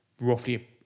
roughly